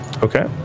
okay